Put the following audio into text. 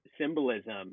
symbolism